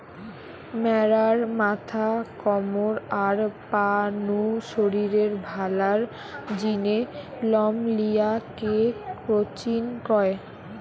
ম্যাড়ার মাথা, কমর, আর পা নু শরীরের ভালার জিনে লম লিয়া কে ক্রচিং কয়